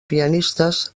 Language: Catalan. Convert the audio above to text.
pianistes